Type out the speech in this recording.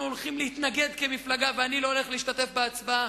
אנחנו הולכים להתנגד כמפלגה ואני לא הולך להשתתף בהצבעה,